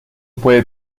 puede